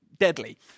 deadly